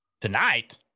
tonight